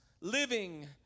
living